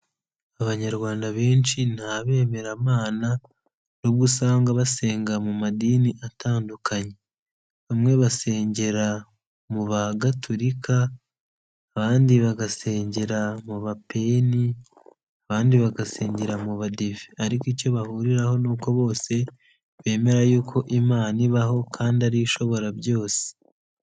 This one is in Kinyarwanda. Abanyarwanda benshi ni abemeramana nubwo usanga basenga mu madini atandukanye, bamwe basengera mu Bagatulika, abandi bagasengera mu Bapeni, abandi bagasengera mu Badive ariko icyo bahuriraho ni uko bose bemera yuko Imana ibaho kandi ari yo ishobora byose.